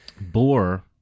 boar